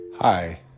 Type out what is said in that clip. Hi